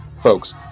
folks